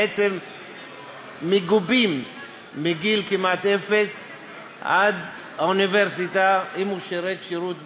מגובים מגיל אפס כמעט עד האוניברסיטה אם שירתו שירות בצה"ל.